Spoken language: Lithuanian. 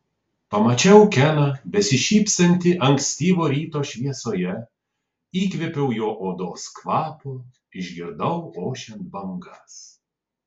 pamačiau keną besišypsantį ankstyvo ryto šviesoje įkvėpiau jo odos kvapo išgirdau ošiant bangas